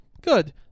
good